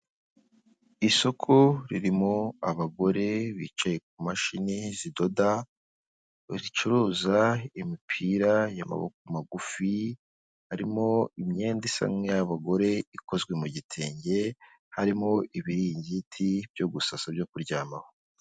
Isoko ririmo abagore, bicaye ku mashini zidoda, bacuruza imipira y'amaboko magufi, harimo imyenda isa n'iy'abagore, ikozwe mu gitenge, harimo ibiringiti byo gusasa, byo kuryamaho.